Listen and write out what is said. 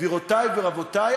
גבירותי ורבותי,